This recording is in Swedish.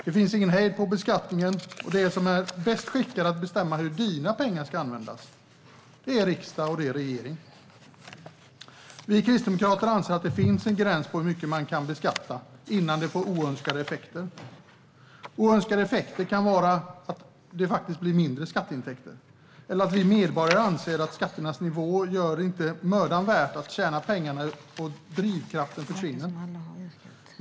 Det finns ingen hejd på beskattningen, och bäst skickade att bestämma hur dina pengar ska användas är riksdag och regering. Vi kristdemokrater anser att det finns en gräns för hur mycket man kan beskatta innan det får oönskade effekter. Oönskade effekter kan vara att det faktiskt blir mindre skatteintäkter eller att vi medborgare anser att skattenivån inte gör det mödan värt att tjäna pengar, så att drivkraften försvinner.